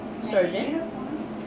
surgeon